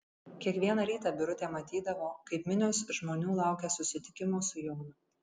kiekvieną rytą birutė matydavo kaip minios žmonių laukia susitikimo su jonu